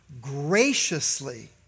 graciously